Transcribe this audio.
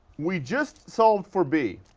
we just solved for b,